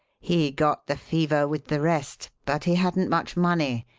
he got the fever with the rest, but he hadn't much money,